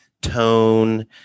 tone